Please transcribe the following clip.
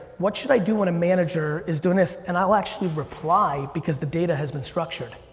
what should i do when a manager is doing this? and i'll actually reply because the data has been structured.